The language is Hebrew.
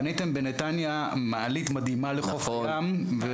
בניתם בנתניה מעלית מדהימה לחוף הים.